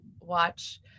watch